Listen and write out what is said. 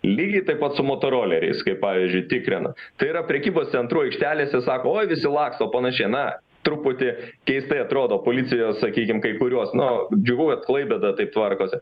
lygiai taip pat su motoroleriais kai pavyzdžiui tikrina tai yra prekybos centrų aikštelėse sako oi visi laksto panašiai na truputį keistai atrodo policijos sakykime kai kurios džiugu kad klaipėda taip tvarkosi